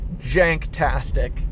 janktastic